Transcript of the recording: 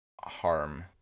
harm